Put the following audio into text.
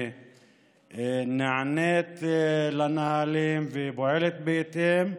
שנענית לנהלים ופועלת בהתאם,